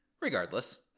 Regardless